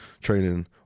training